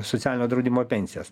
socialinio draudimo pensijas